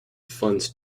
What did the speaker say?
funds